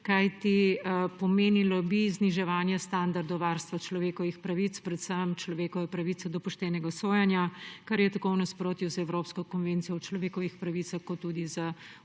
kajti pomenilo bi zniževanje standardov varstva človekovih pravic, predvsem človekove pravice do poštenega sojenja, kar je v nasprotju z Evropsko konvencijo o varstvu človekovih pravic ter tudi